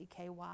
EKY